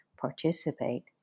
participate